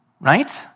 Right